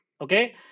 okay